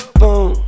boom